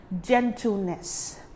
gentleness